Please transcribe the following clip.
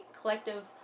collective